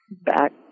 Back